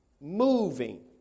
moving